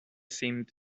seemed